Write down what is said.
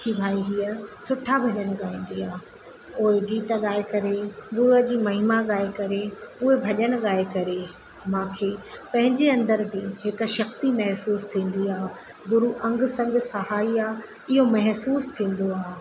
की भई हीअं सुठा भॼन गाईंदी आहे पोइ गीत ॻाए करे गुरूअ जी महिमा ॻाए करे उहे भॼन ॻाए करे मूंखे पंहिंजे अंदर बि हिकु शक्ती महसूस थींदी आहे गुरू अंगसंग सहाई आहे इयो महसूस थींदो आहे